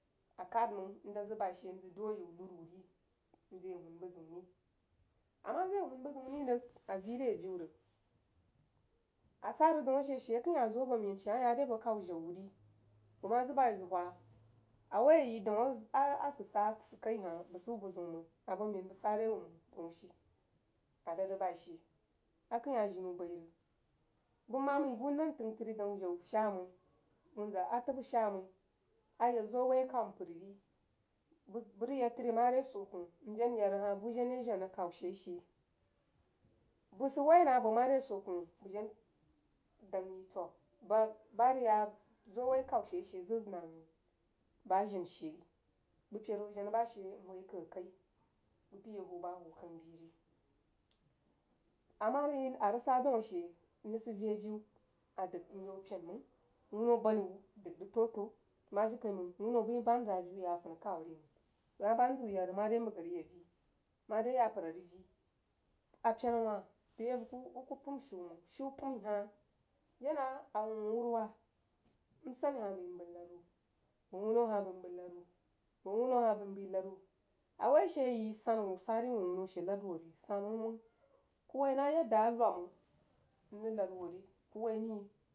A khad mang ndad zəg bai she nzəg dugh ayau laruh wuh nzə yeh huru buh ziun ri amah zəg ya huun buh ziun ri rig a vii re aviu rig a sah rig daun ashe she akəinhah azoh abo men she amah yaa dri boh khaw janu ri bəg mah zəg bai zəg whah a woi a yi daun a sah a sid kai hah bəg sid wuh buziun mang abo men bəg sah re wuh buh ziun mang a dand zəg bai she akəinhah jini wuh baih rig bəg maam məi buh nantəng tri daun jau shaa məi wunzaa akəbbah shaa məi a yak zoah wai akau npər ri bəg bəg rig yag tri mare swoh kwoh njen ya rig hah buh jen ye jen rig khaw she ri she bəg sid woi naa bəg mare swoh kwoh kuh jen dang yi roh bəg baah rig yag zoa woi akhau she ri she zəg nang baa jen she ri npəid hoo jenah baushe whah ye kghaig akai npəi yah whoo bah whoo kang bai are ama yo arig saa daun ashe mrig sid vii aviu a dəg nyan apen mang wuno bani wuh dəg rig atīəu tiəu mah jirikaimang wuno bəi baan zah aviu yaa afanukhawah ri mang bəg mah baan zəg wuh yak rig mare məghe a rig yag vii mare yapər a rig vii a pena wah bəi a bəg kuh pəim shu mang, shiu pəomi hah jenah a wuh wuuh awuru wah msani hah bəi nbəi lad wuh wuh a wuno hah bəi nbəi lad wuh wuh awuno hah bəi nbəi lad wuh a woi she yi sannu wuh sah ri wuh awuno she kuh lad wuh re sannu wuh mang kul woi nah yadd a luub mang nrig lad wuh re kuh wai nai.